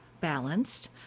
balanced